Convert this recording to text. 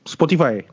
Spotify